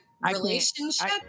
relationship